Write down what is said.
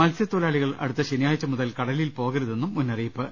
മത്സൃത്തൊഴിലാളികൾ അടുത്ത ശനിയാഴ്ച മുതൽ കടലിൽ പോകരുതെന്നും മുന്നറിയിപ്പ്